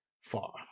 far